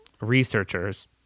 researchers